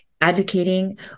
advocating